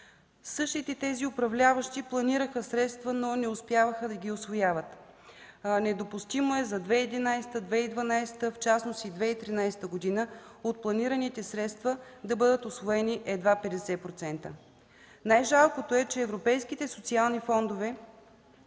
Същите тези управляващи планираха средства, но не успяваха да ги усвояват. Недопустимо е за 2011-2012, в частност и 2013 г. от планираните средства да бъдат усвоени едва 50%. Най-жалкото е, че европейските социални фондове